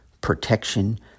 protection